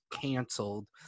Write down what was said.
canceled